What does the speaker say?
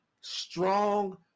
strong